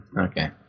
Okay